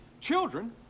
Children